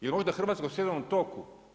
Je li možda Hrvatska u sjevernom toku?